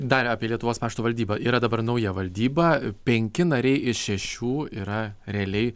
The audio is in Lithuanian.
dar apie lietuvos pašto valdybą yra dabar nauja valdyba penki nariai iš šešių yra realiai